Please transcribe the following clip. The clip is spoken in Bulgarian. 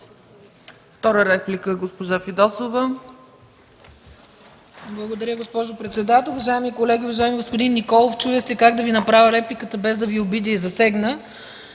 Благодаря.